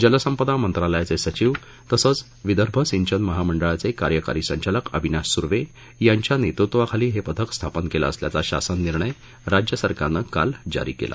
जलसंपदा मंत्रालयाचे सचीव तसंच विदर्भ सिंचन महामंडळाचे कार्यकारी संचालक अविनाश सुर्वे यांच्या नेतृत्वाखाली हे पथक स्थापन केलं असल्याचा शासन निर्णय राज्यसरकारनं काल जारी केला